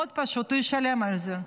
מאוד פשוט: הוא ישלם על זה.